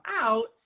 out